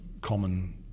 common